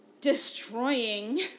destroying